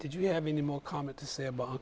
did you have any more comment to say about